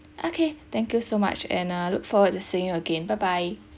okay thank you so much and I look forward to seeing you again bye bye